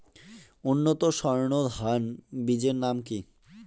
উন্নত সর্ন ধান বীজের নাম কি?